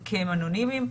-- אנונימיים.